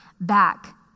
back